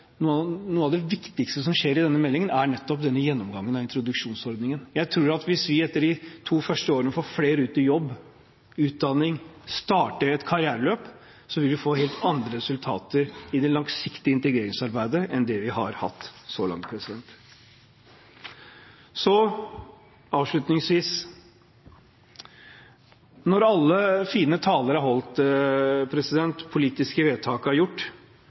noe av det viktigste som skjer i denne meldingen, er denne gjennomgangen av introduksjonsordningen. Jeg tror at hvis vi etter de to første årene får flere ut i jobb eller utdanning, slik at de kan starte et karriereløp, vil vi få helt andre resultater i det langsiktige integreringsarbeidet enn det vi har hatt så langt. Avslutningsvis: Når alle fine taler er holdt, politiske vedtak er gjort,